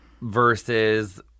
versus